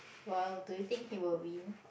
well do you think he will win